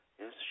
Yes